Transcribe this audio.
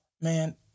man